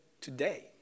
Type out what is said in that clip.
today